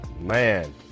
man